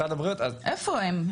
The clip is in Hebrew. משרד הבריאות, איפה הם?